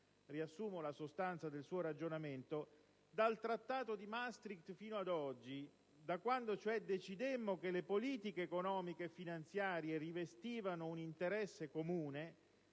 (riassumo la sostanza del suo ragionamento), dal Trattato di Maastricht fino ad oggi, da quando cioè decidemmo che le politiche economiche e finanziarie rivestivano un interesse comune,